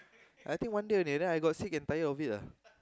I think one day only right I got sick and tired of it lah